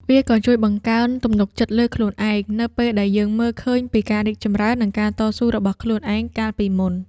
វាក៏ជួយបង្កើនទំនុកចិត្តលើខ្លួនឯង នៅពេលដែលយើងមើលឃើញពីការរីកចម្រើន និងការតស៊ូរបស់ខ្លួនឯងកាលពីមុន។